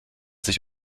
sich